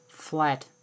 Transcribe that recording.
flat